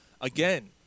again